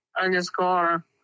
underscore